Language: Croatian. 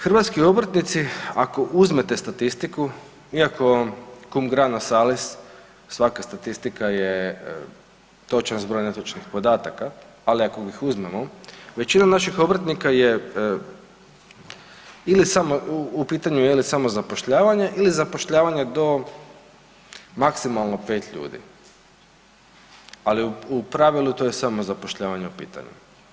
Hrvatski obrtnici ako uzmete statistiku iako cum grano salis, svaka statistika je točan zbroj netočnih podataka, ali ako ih uzmemo, većina naših obrtnika je ili samo u pitanju je li samozapošljavanje ili zapošljavanje do maksimalno 5 ljudi, ali u pravilu to je samozapošljavanje u pitanju.